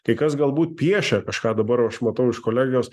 kai kas galbūt piešia kažką dabar aš matau iš kolegijos